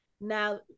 now